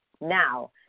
now